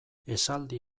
esaldi